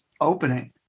opening